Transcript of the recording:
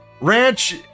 Ranch